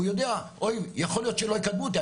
הוא יודע יכול להיות שלא יקדמו אותי.